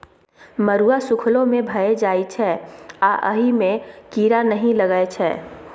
मरुआ सुखलो मे भए जाइ छै आ अहि मे कीरा नहि लगै छै